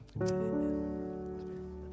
Amen